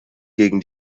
gegen